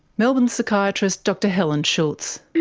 melbourne psychiatrist dr helen schultz.